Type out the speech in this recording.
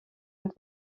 het